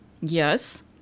Yes